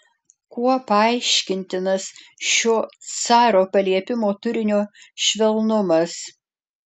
kuo paaiškintinas šio caro paliepimo turinio švelnumas